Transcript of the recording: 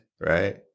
right